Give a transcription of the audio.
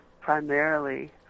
primarily